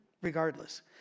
regardless